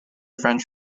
french